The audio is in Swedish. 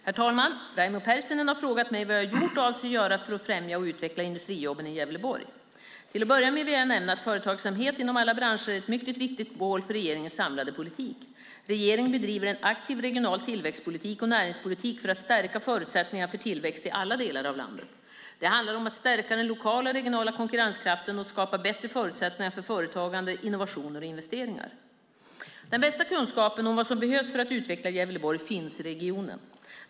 Herr talman! Raimo Pärssinen har frågat mig vad jag har gjort och avser att göra för att främja och utveckla industrijobben i Gävleborg. Till att börja med vill jag nämna att företagsamhet inom alla branscher är ett mycket viktigt mål för regeringens samlade politik. Regeringen bedriver en aktiv regional tillväxtpolitik och näringspolitik för att stärka förutsättningarna för tillväxt i alla delar av landet. Det handlar om att stärka den lokala och regionala konkurrenskraften och skapa bättre förutsättningar för företagande, innovationer och investeringar. Den bästa kunskapen om vad som behövs för att utveckla Gävleborg finns i regionen.